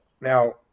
Now